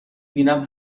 بینم